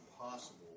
impossible